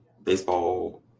Baseball